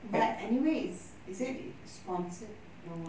but anyway is is it sponsored no ah